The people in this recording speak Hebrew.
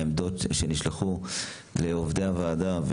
על העמדות שנשלחו לעובדי הוועדה,